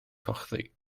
gochddu